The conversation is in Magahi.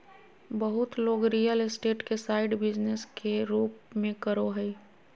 बहुत लोग रियल स्टेट के साइड बिजनेस के रूप में करो हइ